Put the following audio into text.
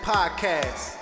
Podcast